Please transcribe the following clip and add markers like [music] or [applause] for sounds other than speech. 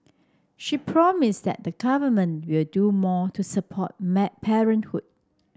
she promised that the Government will do more to support [unintelligible] parenthood